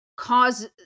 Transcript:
cause